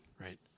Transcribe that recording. right